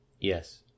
Yes